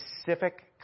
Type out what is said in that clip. specific